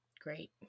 Great